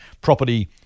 property